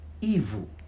Evil